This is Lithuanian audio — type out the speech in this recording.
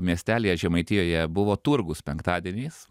miestelyje žemaitijoje buvo turgus penktadieniais